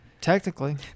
Technically